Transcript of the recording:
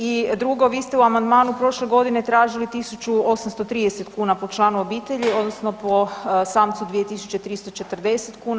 I drugo, vi ste u amandmanu prošle godine tražili 1830 kuna po članu obitelji, odnosno po samcu 2340 kuna.